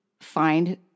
find